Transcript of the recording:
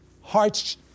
hearts